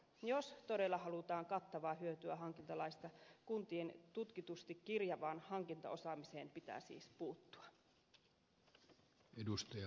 jos todella halutaan kattavaa hyötyä hankintalaista kuntien tutkitusti kirjavaan hankintaosaamiseen pitää siis puuttua